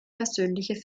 persönliche